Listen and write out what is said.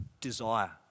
desire